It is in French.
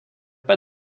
pas